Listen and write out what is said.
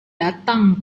datang